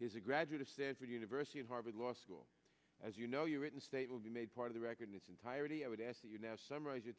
is a graduate of stanford university and harvard law school as you know you written state will be made part of the record in its entirety i would ask you now to summarize your